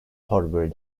horbury